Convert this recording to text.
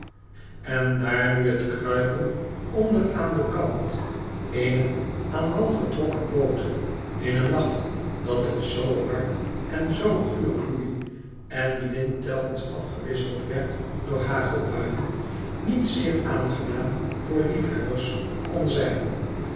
en daar nu het kruipen onder aan den kant eener aan wal getrokken boot in een nacht dat het zoo hard en zoo guur woei en die wind telkens afgewisseld werd door hagelbuien qiet zeer aangenaam voor liefhebbers kon zijn